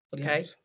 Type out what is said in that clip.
Okay